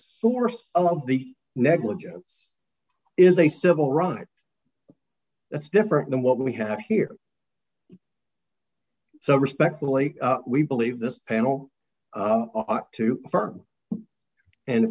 source of the negligence is a civil right that's different than what we have here so respectfully we believe this panel are two firm and if